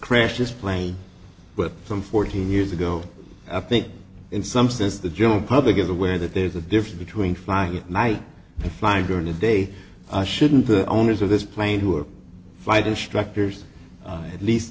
crashed his plane with some forty years ago i think in some sense the general public is aware that there's a difference between flying at night and flying during the day i shouldn't the owners of this plane who are fighting structures at least